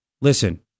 listen